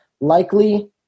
Likely